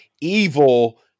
evil